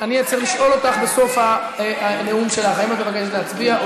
אני צריך לשאול אותך בסוף הנאום שלך אם את מבקשת שנצביע,